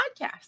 podcast